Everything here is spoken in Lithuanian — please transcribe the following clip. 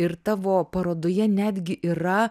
ir tavo parodoje netgi yra